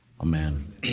amen